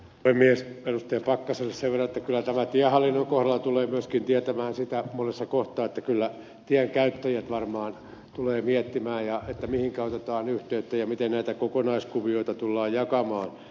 pakkaselle sen verran että kyllä tämä tiehallinnon kohdalla tulee myöskin tietämään sitä monessa kohtaa että tien käyttäjät varmaan tulevat miettimään mihinkä otetaan yhteyttä ja miten näitä kokonaiskuvioita tullaan jakamaan